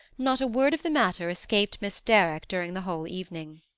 not a word of the matter escaped miss derrick during the whole evening.